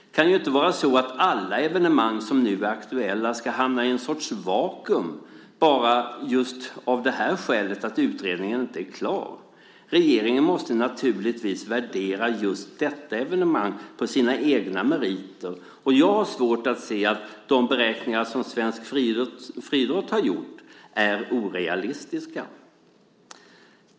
Det kan ju inte vara så att alla evenemang som nu är aktuella ska hamna i en sorts vakuum bara av just det skälet att utredningen inte är klar. Regeringen måste naturligtvis värdera just detta evenemang på sina egna meriter. Jag har svårt att se att de beräkningar som svensk friidrott har gjort är orealistiska.